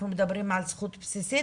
אנחנו מדברים על זכות בסיסית,